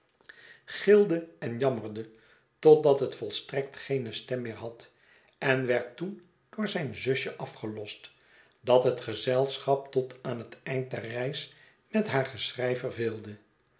gilde en jammerde totdat het volstrekt geene stem meer had en werd toen door zijn zusje afgelost dat het gezelschap tot aan bet eind der reis met haar geschrei